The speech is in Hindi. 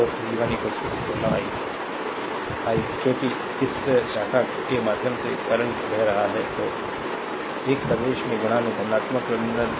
तो v 1 16 i 1 क्योंकि इस शाखा के माध्यम से करंट बह रहा है तो एक प्रवेश है धनात्मक टर्मिनल